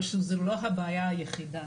אבל זה לא הבעיה היחידה,